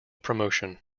promotion